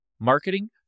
marketing